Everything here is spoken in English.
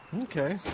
Okay